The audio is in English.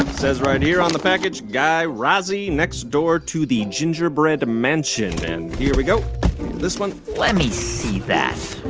says right here on the package, guy raz-y next door to the gingerbread mansion. and here we go this one let me that.